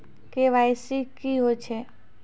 KYC की होय छै?